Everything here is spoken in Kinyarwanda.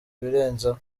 ibirenzeho